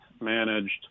managed